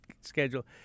schedule